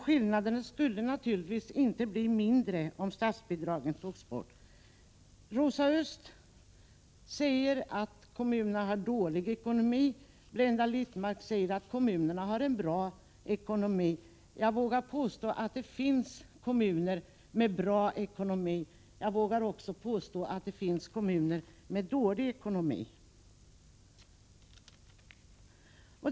Skillnaderna skulle naturligtvis inte bli mindre om statsbidraget togs bort. Rosa Östh sade att kommunerna har dålig ekonomi. Blenda Littmarck sade att kommunerna har en bra ekonomi. Jag vågar påstå att det finns kommuner med bra ekonomi och kommuner med dålig ekonomi.